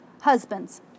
Husbands